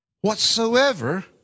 whatsoever